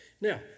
Now